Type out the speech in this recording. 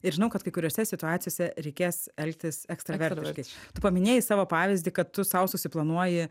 ir žinau kad kai kuriose situacijose reikės elgtis ekstravertišikai tu paminėjai savo pavyzdį kad tu sau susiplanuoji